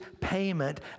payment